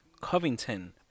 Covington